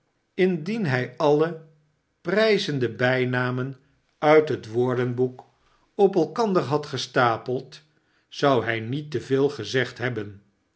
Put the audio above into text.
indien hij alle prijzende bijnamn uit het woordenboek op elkander had gestapeld zou hij niet te veel gezegd hebben